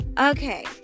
Okay